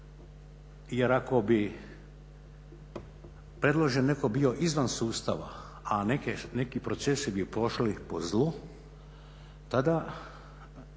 jer ako bi predložen netko bio izvan sustava, a neki procesi bi pošli po zlu, tada